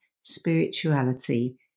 spirituality